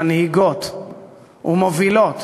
מנהיגות ומובילות,